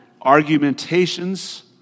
argumentations